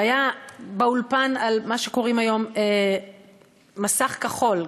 שהיה באולפן על מה שקוראים היום מסך כחול.